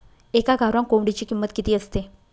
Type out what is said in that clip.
एका गावरान कोंबडीची किंमत किती असते?